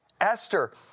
Esther